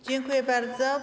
Dziękuję bardzo.